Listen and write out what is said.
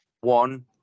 one